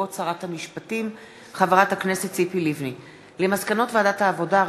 תשובות שרת המשפטים חברת הכנסת ציפי לבני על מסקנות ועדת העבודה,